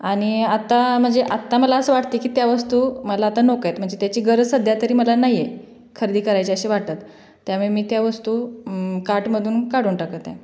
आणि आत्ता म्हणजे आत्ता मला असं वाटते की त्या वस्तू मला आता नको आहेत म्हणजे त्याची गरज सध्या तरी मला नाही आहे खरेदी करायची अशी वाटत त्यामुळे मी त्या वस्तू कार्टमधून काढून टाकत आहे